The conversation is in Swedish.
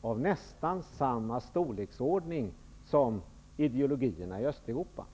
av nästan samma storleksordning som ideologierna i Östeuropa.